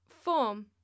Form